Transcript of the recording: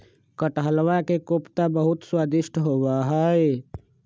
कटहलवा के कोफ्ता बहुत स्वादिष्ट होबा हई